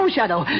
Shadow